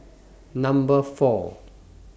Number four